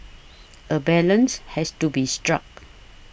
a balance has to be struck